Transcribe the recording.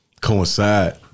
coincide